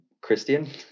Christian